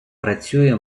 працює